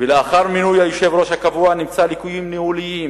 ו"לאחר מינוי היושב-ראש הקבוע נמצאו ליקויים ניהוליים